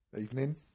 evening